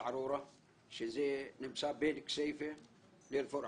זערורה שזה נמצא בין כסיפה לפורעה.